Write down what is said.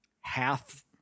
half